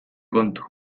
kontu